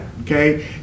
Okay